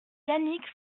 yannick